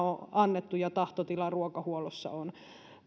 on annettu ja tahtotila ruokahuollossa on